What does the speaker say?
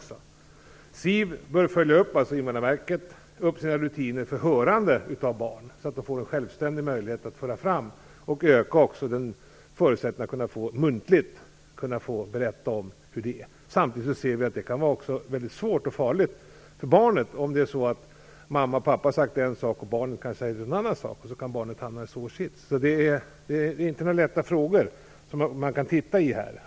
SIV - alltså Invandrarverket - bör följa upp sina rutiner för hörande av barn, så att barnen får en självständig möjlighet att föra fram sin sak. Det ökar också förutsättningarna för barnen att muntligt kunna få berätta hur det är. Samtidigt ser vi att det kan vara väldigt svårt och farligt för barnet. Om mamma och pappa har sagt en sak och barnet säger en annan sak kan barnet hamna i en svår sits. Det är inga lätta frågor.